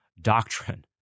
doctrine